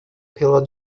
pela